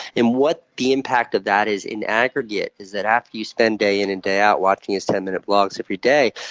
and what the impact of that is in aggregate is that after you spend day in and day out watching his ten-minute vlogs every day,